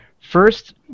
First